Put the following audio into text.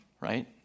right